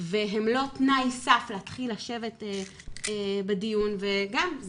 והן לא תנאי סף להתחיל לשבת בדיון וגם,